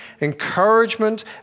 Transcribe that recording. encouragement